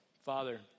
Father